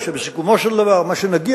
ישראל שנים